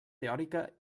teòrica